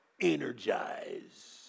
energize